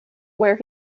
where